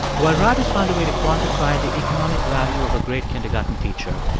while raj has found a way to quantify the economic value of a great kindergarten teacher,